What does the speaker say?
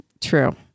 true